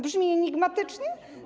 Brzmi enigmatycznie?